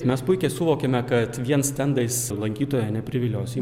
mes puikiai suvokėme kad vien stendais lankytojo nepriviliosi